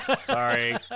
sorry